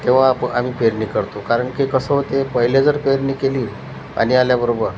तेव्हा आप आम्ही पेरणी करतो कारण की कसं होते पहिले जर पेरणी केली पाणी आल्याबरोबर